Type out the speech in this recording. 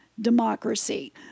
Democracy